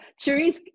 Cherise